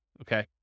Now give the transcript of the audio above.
Okay